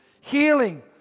Healing